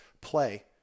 Play